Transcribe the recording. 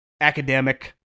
academic